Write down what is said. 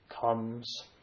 comes